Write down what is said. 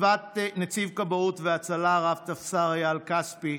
נציב כבאות והצלה רב-טפסר אייל כספי,